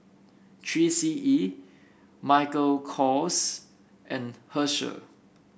Three C E Michael Kors and Herschel